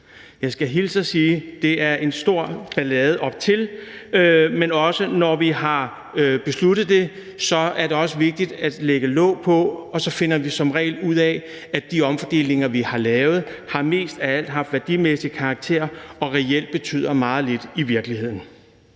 Jeg skal hilse og sige, at der er stor ballade op til det, men når vi har besluttet det, er det også vigtigt at lægge låg på, og så finder vi som regel ud af, at de omfordelinger, vi har lavet, mest af alt har haft værdimæssig karakter og reelt betyder meget lidt i virkeligheden.